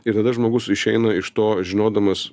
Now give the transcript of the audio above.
ir tada žmogus išeina iš to žinodamas